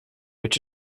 which